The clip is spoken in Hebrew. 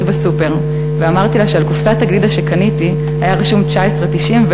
בסופר ואמרתי לה שעל קופסת הגלידה שקניתי היה רשום 19.90,